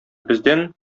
бездән